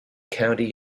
county